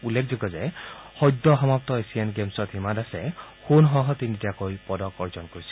উল্লেখযোগ্য যে সদ্য সমাপ্ত এছিয়ান গেমছত হিমা দাসে সোণসহ তিনিটাকৈ পদক অৰ্জন কৰিছিল